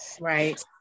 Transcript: right